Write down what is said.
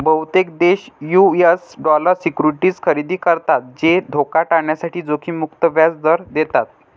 बहुतेक देश US dollar securities खरेदी करतात जे धोका टाळण्यासाठी जोखीम मुक्त व्याज दर देतात